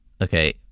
Okay